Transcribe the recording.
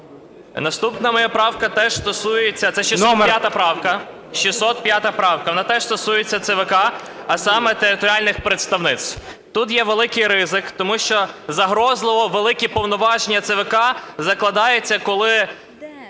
Наступна моя правка теж стосується… Це 605 правка. 605 правка. Вона теж стосується ЦВК, а саме територіальних представництв. Тут є великий ризик, тому що загрозливо великі повноваження ЦВК закладаються, коли